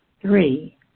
Three